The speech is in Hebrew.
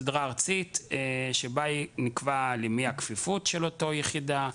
סדרה ארצית שבה נקבע למי הכפיפות של אותה יחידה,